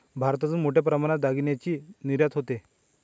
भारतातून मोठ्या प्रमाणात दागिन्यांची निर्यात होते